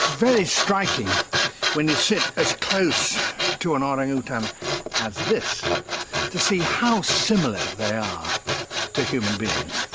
very striking when you sit as close to an orang-utan as this to see how similar they are to human beings.